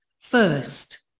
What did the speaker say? First